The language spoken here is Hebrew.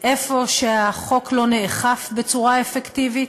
במקום שהחוק לא נאכף בצורה אפקטיבית,